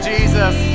Jesus